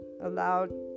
allowed